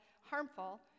harmful